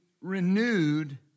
renewed